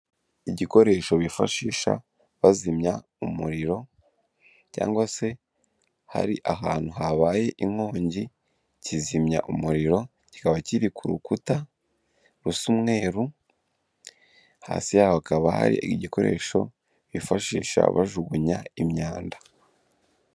Igikoresho bifashisha bazimya umuriro cyangwa se hari ahantu habaye inkongi kizimya umuriro kikaba kiri ku rukuta rusa umweru hasi yaho hakaba hari igikoresho bifashisha bajugunya imyanda.